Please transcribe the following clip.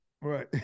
Right